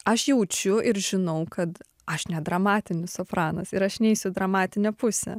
aš jaučiu ir žinau kad aš ne dramatinis sopranasir aš neisiu į dramatinę pusę